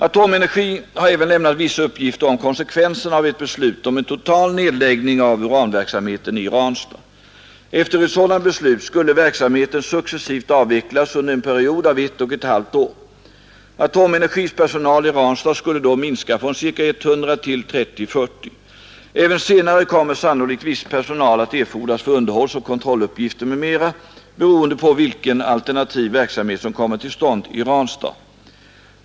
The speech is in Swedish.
Atomenergi har även lämnat vissa uppgifter om konsekvenserna av ett beslut om en total nedläggning av uranverksamheten i Ranstad. Efter ett sådant beslut skulle verksamheten successivt avvecklas under en period av ett och ett halvt år. Atomenergis personal i Ranstad skulle då minska från ca 100 till 30—40. Även senare kommer sannolikt viss personal att erfordras för underhållsoch kontrolluppgifter m.m., beroende på vilken alternativ verksamhet som kommer till stånd i Ranstad.